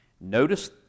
Notice